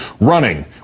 running